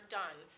done